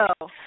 No